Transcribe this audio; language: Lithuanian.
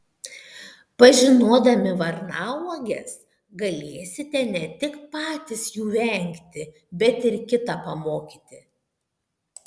pažinodami varnauoges galėsite ne tik patys jų vengti bet ir kitą pamokyti